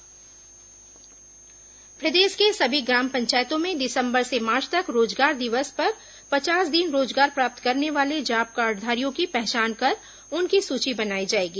रोजगार दिवस प्रदेश के सभी ग्राम पंचायतों में दिसंबर से मार्च तक रोजगार दिवस पर पचास दिन रोजगार प्राप्त करने वाले जॉब कार्डधारियों की पहचान कर उनकी सूची बनाई जाएगी